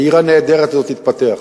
העיר הנהדרת הזאת, תתפתח.